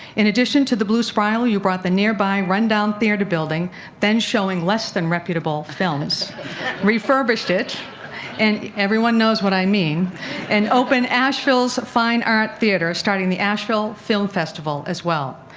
in addition to the blue spiral, you bought the nearby run-down theater building then showing less than reputable films refurbished it and everyone knows what i mean and opened asheville's fine art theatre, starting the asheville film festival as well.